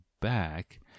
back